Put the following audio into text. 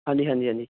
ਹਾਂਜੀ ਹਾਂਜੀ ਹਾਂਜੀ